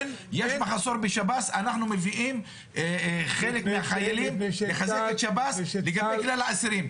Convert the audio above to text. אנחנו מביאים חלק מהחיילים לחזק את שב"ס וגם בגלל האסירים.